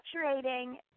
saturating